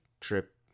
trip